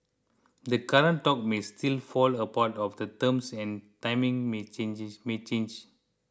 the current talks may still fall apart or the terms and timing may changes may change